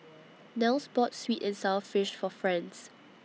Nels bought Sweet and Sour Fish For Franz